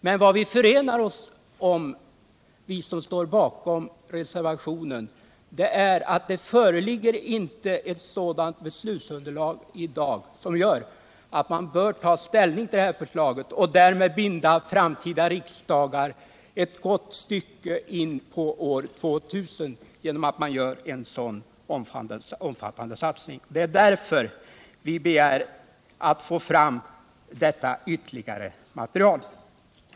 Men vad som förenar oss som står bakom reservationen är att det inte föreligger ett sådant beslutsunderlag i dag som gör att man bör ta ställning till förstaget och därmed binda framtida riksdagar ett gott stycke in på år 2000 genom att göra en så omfattande satsning. Det är därför vi begär att få fram detta ytterligare material.